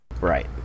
right